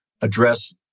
address